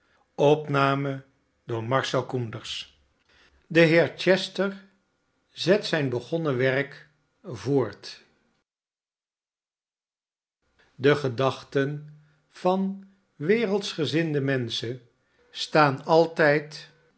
de heer chester zet zijn begonnen werk voort de gedachten van wereldsgezinde menschen staan altijd